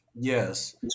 Yes